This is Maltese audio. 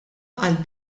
għall